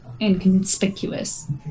inconspicuous